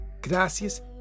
Gracias